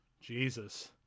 Jesus